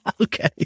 Okay